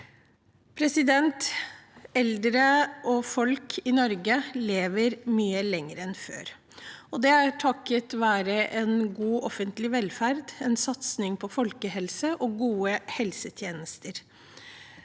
framover. Eldre og folk i Norge lever mye lenger enn før. Det er takket være en god offentlig velferd, en satsing på folkehelse og gode helsetjenester.